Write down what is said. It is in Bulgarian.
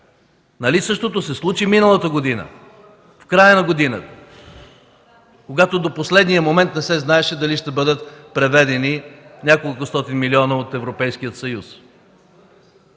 Нали същото се случи миналата година – в края на годината, когато до последния момент не се знаеше дали ще бъдат преведени няколкостотин милиона от Европейския съюз?